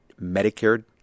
Medicare